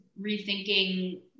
rethinking